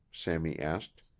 sammy asked.